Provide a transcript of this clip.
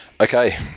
Okay